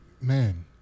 Man